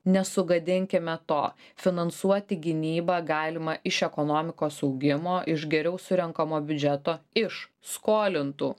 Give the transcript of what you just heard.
nesugadinkime to finansuoti gynybą galima iš ekonomikos augimo iš geriau surenkamo biudžeto iš skolintų